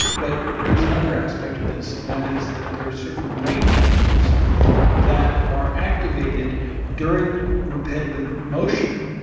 but there's another aspect of this and that is that there's certain brain chemicals that are activated during repetitive motion,